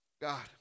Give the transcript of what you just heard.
God